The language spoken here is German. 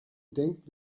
denkt